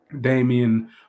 Damian